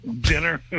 dinner